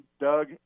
Doug